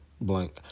Blank